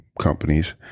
companies